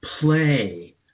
play